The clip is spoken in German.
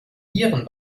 viren